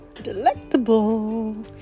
delectable